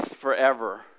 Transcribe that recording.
forever